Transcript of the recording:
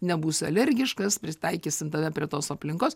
nebūsi alergiškas prisitaikysim tave prie tos aplinkos